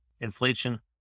inflation